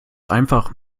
einfach